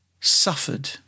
suffered